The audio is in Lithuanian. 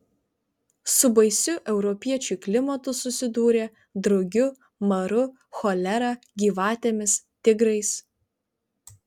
su baisiu europiečiui klimatu susidūrė drugiu maru cholera gyvatėmis tigrais